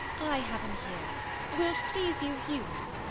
i have em here wilt please you view em?